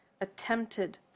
attempted